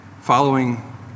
following